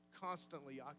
constantly